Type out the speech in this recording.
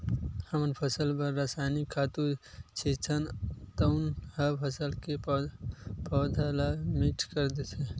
हमन फसल बर जउन रसायनिक खातू छितथन तउन ह फसल के पउधा ल मीठ कर देथे